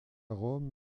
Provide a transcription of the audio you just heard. rome